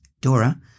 DORA